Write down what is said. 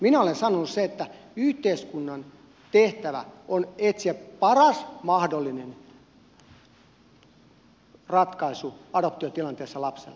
minä olen sanonut sen että yhteiskunnan tehtävä on etsiä paras mahdollinen ratkaisu adoptiotilanteessa lapselle